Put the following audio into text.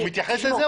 הוא מתייחס לזה.